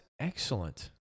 excellent